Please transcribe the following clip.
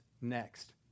next